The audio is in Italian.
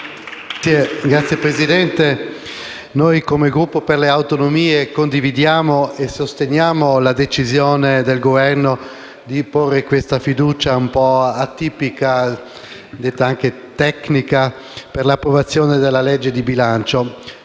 Signor Presidente, il Gruppo Per le Autonomie condivide e sostiene la decisione del Governo di porre questa fiducia un po' atipica, detta anche tecnica, per l'approvazione del disegno di legge di bilancio.